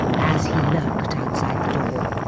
as he lurked outside the door,